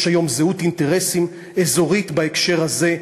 יש היום זהות אינטרסים אזורית בהקשר הזה,